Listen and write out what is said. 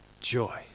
joy